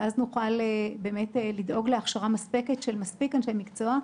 אז נוכל באמת לדאוג להכשרה מספקת של מספיק אנשי מקצוע.